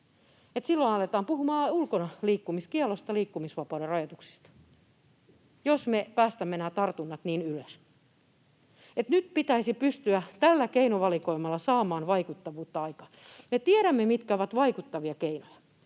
silloin aletaan puhumaan ulkonaliikkumiskiellosta, liikkumisvapauden rajoituksista, jos me päästämme nämä tartunnat niin ylös. Nyt pitäisi pystyä tällä keinovalikoimalla saamaan vaikuttavuutta aikaan. Me tiedämme, mitkä ovat vaikuttavia keinoja,